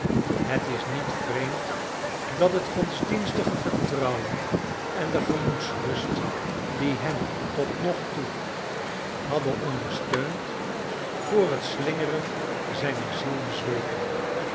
het is niet vreemd dat het godsdienstige vertrouwen en de gemoedsrust die hem tot nog toe hadden ondersteund voor het slingeren zijner ziel bezweken